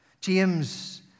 James